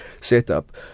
setup